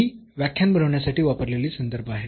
ही व्याख्यान बनविण्यासाठी वापरलेली संदर्भ आहेत